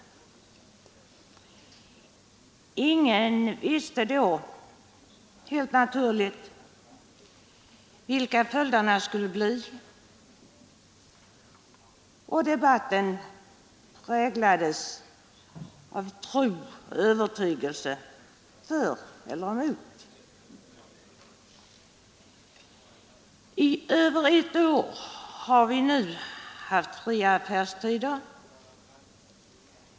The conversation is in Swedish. Ingen visste då, helt naturligt, vilka följderna skulle bli, och debatten präglades av tro och övertygelse för eller emot. I över ett år har vi nu haft fria affärstider.